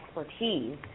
expertise